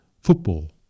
football